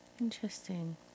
Interesting